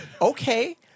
Okay